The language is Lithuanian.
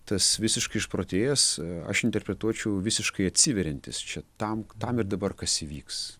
tas visiškai išprotėjęs aš interpretuočiau visiškai atsiveriantis čia tam tam ir dabar kas įvyks